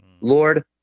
Lord